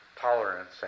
tolerance